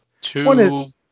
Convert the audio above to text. two